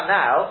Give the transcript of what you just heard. now